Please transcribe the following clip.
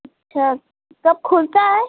अच्छा कब खुलता है